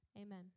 Amen